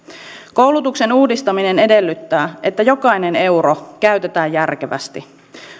koulutuksen uudistaminen edellyttää että jokainen euro käytetään järkevästi